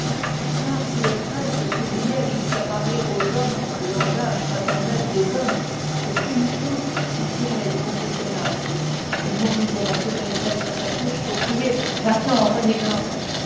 car si le prêtre s'oubliait jusqu'à parler aux hommes le langage fraternel des hommes le pénitent sortirait du confessionnal le moribond se lèverait sur sa couche pour crier va-t'en renégat